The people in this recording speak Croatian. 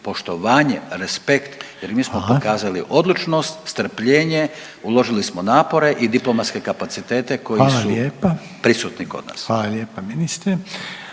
poštovanje, respekt jer mi smo pokazali …/Upadica: Hvala/…odlučnost, strpljenje, uložili smo napore i diplomatske kapacitete koji su prisutni kod nas. **Reiner,